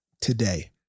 today